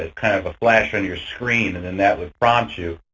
ah kind of a flash on your screen and and that would prompt you.